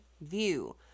view